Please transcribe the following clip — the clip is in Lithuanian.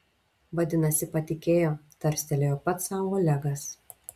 vadinasi patikėjo tarstelėjo pats sau olegas